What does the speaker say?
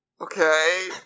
Okay